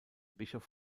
bischof